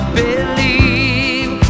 believe